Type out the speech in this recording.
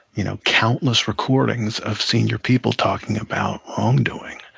you know, countless recordings of senior people talking about wrongdoing.